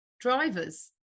drivers